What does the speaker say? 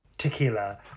Tequila